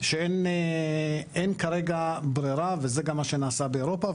שאין כרגע ברירה וזה גם מה שנעשה באירופה,